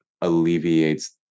alleviates